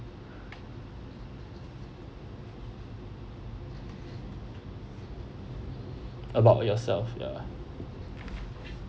about yourself ya